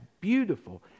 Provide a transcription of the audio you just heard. beautiful